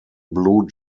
blue